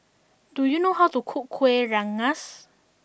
do you know how to cook Kuih Rengas